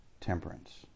temperance